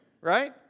right